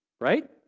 Right